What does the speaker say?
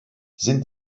sind